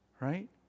right